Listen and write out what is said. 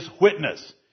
witness